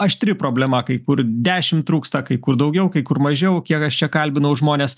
aštri problema kai kur dešimt trūksta kai kur daugiau kai kur mažiau kiek aš čia kalbinau žmones